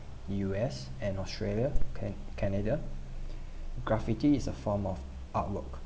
U_S and australia can~ canada graffiti is a form of artwork